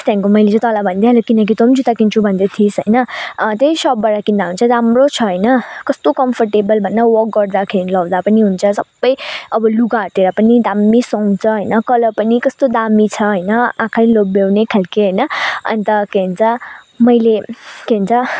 त्यहाँदेखिको मैले चाहिँ तँलाई भनिदिई हालेको किनकि तँ पनि जुत्ता किन्छु भन्दैथिइस् होइन त्यही सबबाट किन्दा भने चाहिँ राम्रो छ होइन कस्तो कम्फोर्टेबल भन् न वक गर्दाखेरि लाउँदा पनि हुन्छ सबै अब लुगाहरूतिर पनि दामी सुहाउँछ होइन कलर पनि कस्तो दामी छ होइन आँखै लोभ्याउने खालके होइन अन्त के भन्छ मैले के भन्छ